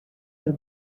der